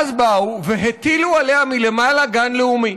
ואז באו והטילו עליה מלמעלה גן לאומי.